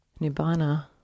Nibbana